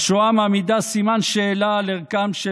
"השואה מעמידה סימן שאלה על ערכם של